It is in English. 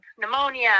pneumonia